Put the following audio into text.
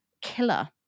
killer